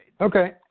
Okay